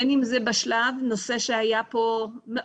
בין אם זה בשלב וזה הנושא שהיה פה מאוד